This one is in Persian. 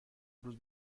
روز